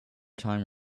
time